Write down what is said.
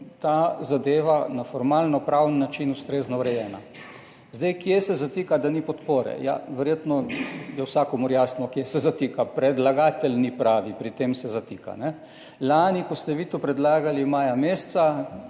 ta zadeva na formalnopravni način ustrezno urejena. Kje se zatika, da ni podpore? Ja, verjetno je vsakomur jasno, kje se zatika – predlagatelj ni pravi, pri tem se zatika. Lani, ko ste vi meseca maja to